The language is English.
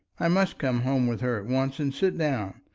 i must come home with her at once and sit down.